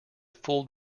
fooled